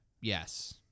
Yes